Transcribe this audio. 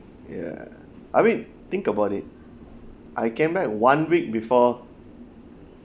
ya I mean think about it I came back one week before